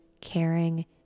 caring